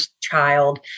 child